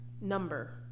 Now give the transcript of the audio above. number